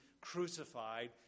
crucified